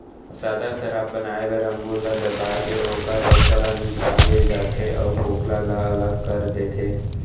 सादा सराब बनाए बर अंगुर ल दबाके ओखर रसा ल निकाल ले जाथे अउ फोकला ल अलग कर देथे